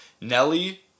Nelly